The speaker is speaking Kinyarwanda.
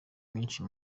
nyinshi